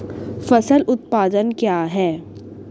फसल उत्पादन क्या है?